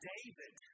David